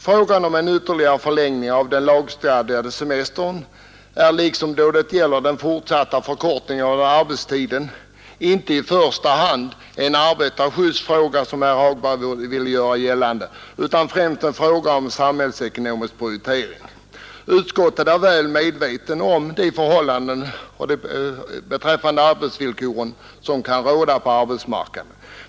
Frågan om en ytterligare förlängning av den lagstadgade semestern är liksom då det gäller den fortsatta förkortningen av arbetstiden inte i första hand en arbetarskyddsfråga, som herr Hagberg ville göra gällande, utan främst en fråga om samhällsekonomisk prioritering. Utskottet är väl medvetet om de förhållanden beträffande arbetsvillkor som råder på arbetsmarknaden.